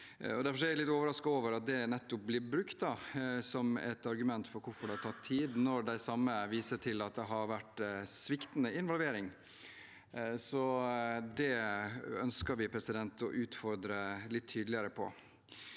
av veteraner 2245 over at det nettopp blir brukt som et argument for hvorfor det har tatt tid, når de samme viser til at det har vært sviktende involvering. Det ønsker vi å utfordre litt tydeligere på.